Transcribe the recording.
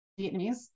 Vietnamese